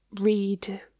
read